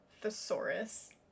thesaurus